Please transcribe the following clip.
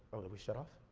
oh did we shut off?